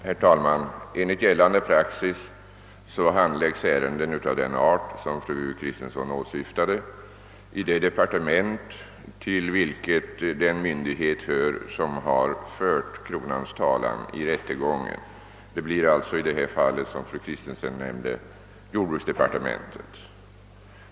Herr talman! Enligt gällande praxis handläggs ärenden av den art, som fru Kristensson åsyftade, i det departement under vilket den myndighet hör som har fört kronans talan i rättegången. Det blir alltså i detta fall såsom fru Kristensson nämnde jordbruksdepartementet.